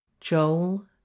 Joel